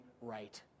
right